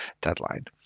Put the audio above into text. deadline